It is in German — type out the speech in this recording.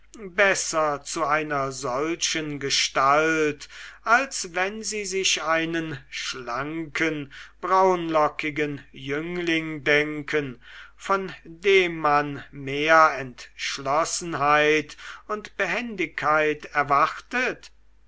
besser zu einer solchen gestalt als wenn sie sich einen schlanken braunlockigen jüngling denken von dem man mehr entschlossenheit und behendigkeit erwartet